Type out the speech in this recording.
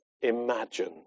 Imagine